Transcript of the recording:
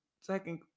second